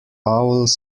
owls